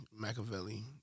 Machiavelli